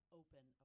open